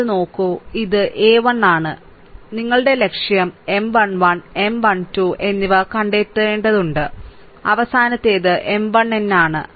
അത് നോക്കൂ ഇത് a 1 ആണ് ഞങ്ങളുടെ ലക്ഷ്യം M 1 1 M 1 2 M 1 2 എന്നിവ കണ്ടെത്തേണ്ടതുണ്ട് അവസാനത്തേത് M 1n ആണ്